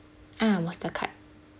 ah mastercard